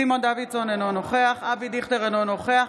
סימון דוידסון, אינו נוכח אבי דיכטר, אינו נוכח